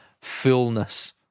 fullness